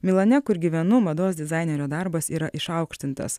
milane kur gyvenu mados dizainerio darbas yra išaukštintas